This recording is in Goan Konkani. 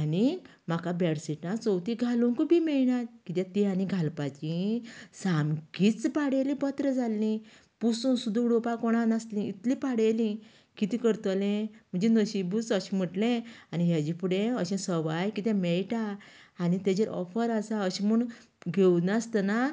आनीक म्हाका बेडशीटां चवथीक घालुंकूय बी मेळ्ळीं ना कित्याक तीं आनी घालपाचीं सामकींच पाडेलीं बतरां जाल्लीं पुसून सुद्दां उडोवपाक कोणाक नासलीं इतलीं पाडेलीं कितें करतलें म्हजें नशीबूच अशें म्हटलें आनी हेजे फुडें अशें सवाय किदें मेळटा आनी तेजेर ऑफर आसा अशें म्हणून घेवनासतना